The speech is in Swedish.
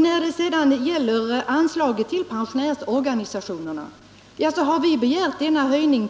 När det sedan gäller anslaget till pensionärsorganisationerna har vi begärt en höjning